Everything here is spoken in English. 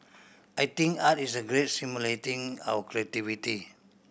I think art is a great stimulating our creativity